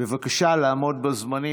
בבקשה לעמוד בזמנים.